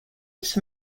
its